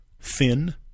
thin